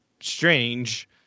strange